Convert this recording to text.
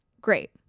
great